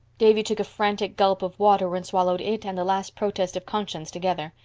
davy took a frantic gulp of water and swallowed it and the last protest of conscience together.